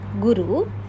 Guru